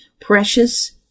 precious